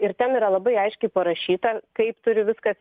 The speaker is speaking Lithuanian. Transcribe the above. ir ten yra labai aiškiai parašyta kaip turi viskas